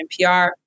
NPR